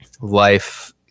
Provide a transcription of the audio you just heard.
life